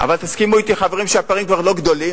אבל תסכימו אתי, חברים, שהפערים כבר לא גדולים.